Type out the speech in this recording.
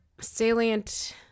salient